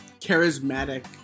charismatic